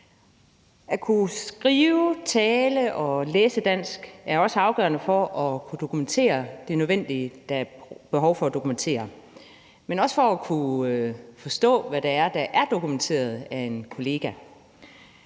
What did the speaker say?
At kunne skrive, tale og læse dansk er også afgørende for at kunne dokumentere det, der er nødvendigt, og som der er behov for at dokumentere, men også for at kunne forstå det, der er dokumenteret af en kollega.